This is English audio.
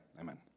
Amen